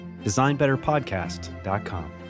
designbetterpodcast.com